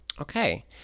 Okay